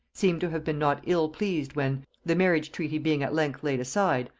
seem to have been not ill pleased when, the marriage treaty being at length laid aside,